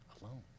alone